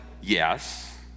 yes